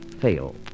fail